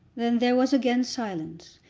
then there was again silence,